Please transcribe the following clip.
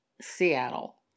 Seattle